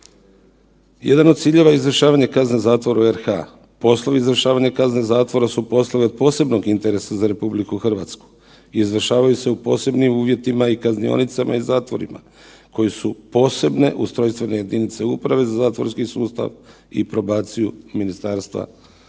Jedan od ciljeva je izvršavanje kazne zatvora u RH, poslovi izvršavanja kazne zatvora su poslovi od posebnog interesa za RH, izvršavaju se u posebnim uvjetima i kaznionicama i zatvorima koje su posebne ustrojstvene jedinice uprave za zatvorski sustav i probaciju Ministarstva pravosuđa.